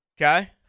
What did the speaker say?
Okay